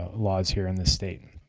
ah laws here in the state. and